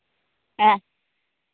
ᱦᱮᱸ